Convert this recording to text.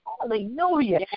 Hallelujah